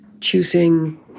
choosing